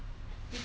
按 liao